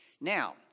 Now